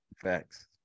facts